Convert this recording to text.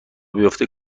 بیافته